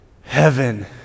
heaven